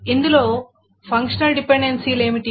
ఇందులో ఫంక్షనల్ డిపెండెన్సీలు ఏమిటి